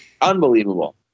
unbelievable